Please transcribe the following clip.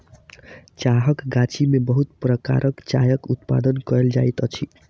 चाहक गाछी में बहुत प्रकारक चायक उत्पादन कयल जाइत अछि